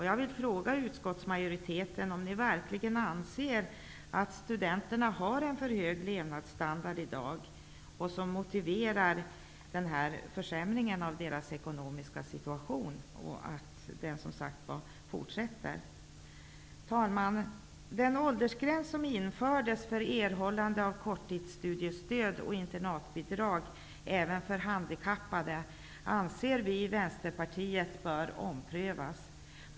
Jag vill fråga utskottsmajoritetens företrädare om ni verkligen anser att studenterna i dag har för hög levnadsstandard och att denna motiverar en försämring av deras ekonomiska situation -- en försämring som bara fortsätter. Herr talman! Den åldersgräns som infördes för erhållande av korttidsstudiestöd och internatbidrag även för handikappade anser vi i Vänsterpartiet skall omprövas.